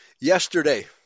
yesterday